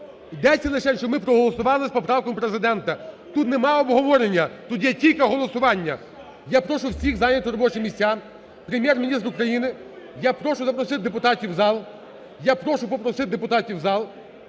Йдеться лише, щоб ми проголосували з поправками Президента. Тут нема обговорення, тут є тільки голосування. Я прошу всіх зайняти робочі місця. Прем'єр-міністр України, я прошу запросити депутатів в зал. Я прошу попросити депутатів в зал.